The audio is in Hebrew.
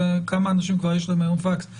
כמה אנשים כבר יש להם היום פקס?